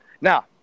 Now